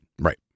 Right